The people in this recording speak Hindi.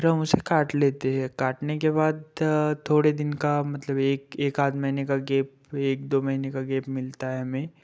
फिर हम उसे काट लेते हैं काटने के बाद थोड़े दिन का मतलब एक एकाध महीने का गेप एक दो महीने का गेप मिलता है हमें